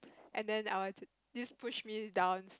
and then I will this push me down